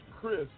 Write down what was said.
Chris